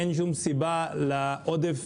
אין שום סיבה לעודף